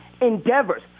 endeavors